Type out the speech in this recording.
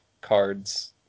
cards